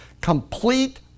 complete